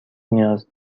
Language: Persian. نیاز